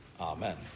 Amen